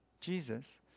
Jesus